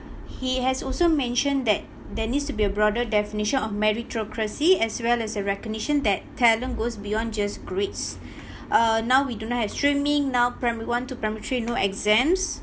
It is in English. he has also mentioned that there needs to be a broader definition of meritocracy as well as the recognition that talent goes beyond just grades uh now we don't have streaming now primary one to primary three no exams